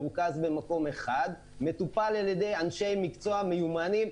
מרוכז במקום אחד ומטופל על-ידי אנשי מקצוע מיומנים,